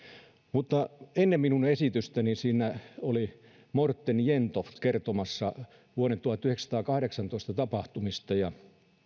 mutta ennen minun esitystäni siinä oli morten jentoft kertomassa vuoden tuhatyhdeksänsataakahdeksantoista tapahtumista ja